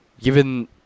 given